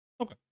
okay